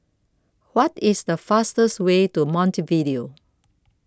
What IS The fastest Way to Montevideo